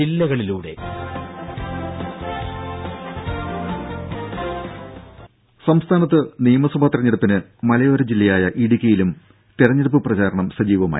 ദേദ സംസ്ഥാനത്ത് നിയമസഭാ തെരഞ്ഞെടുപ്പിന് മലയോര ജില്ലയായ ഇടുക്കിയിലും തെരഞ്ഞെടുപ്പ് പ്രചാരണം സജീവമായി